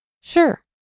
Sure